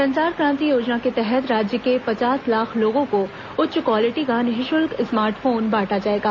संचार क्रांति योजना के तहत राज्य के पचास लाख लोगों को उच्च क्वालिटी का निशुल्क स्मार्ट फोन बांटा जाएगा